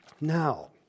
Now